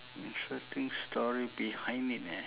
interesting story behind it eh